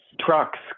trucks